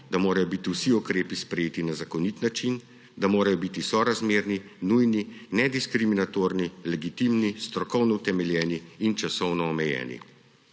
da morajo biti vsi ukrepi sprejeti na zakonit način, da morajo biti sorazmerni, nujni, nediskriminatorni, legitimni, strokovno utemeljeni in časovno omejeni.